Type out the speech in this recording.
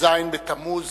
י"ז בתמוז